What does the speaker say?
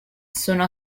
sono